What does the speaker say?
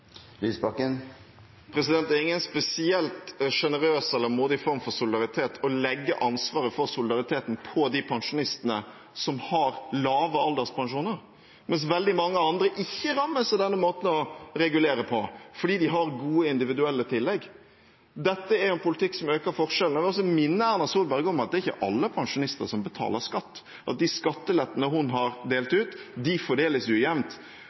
Det er ingen spesielt generøs eller modig form for solidaritet å legge ansvaret for solidariteten på de pensjonistene som har lave alderspensjoner, mens veldig mange andre ikke rammes av denne måten å regulere på, fordi de har gode individuelle tillegg. Dette er en politikk som øker forskjellene. Jeg vil også minne Erna Solberg om at det ikke er alle pensjonister som betaler skatt, og at de skattelettene hun har delt ut, fordeles ujevnt.